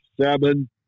seven